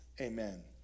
Amen